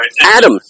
Adam